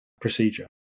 Procedure